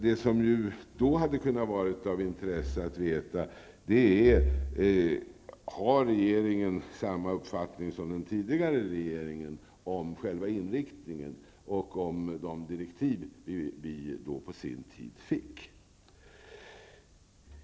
Det som hade kunnat vara av intresse att veta är om den nya regeringen har samma uppfattning som den tidigare regeringen om själva inriktningen och om de direktiv vi fick tidigare.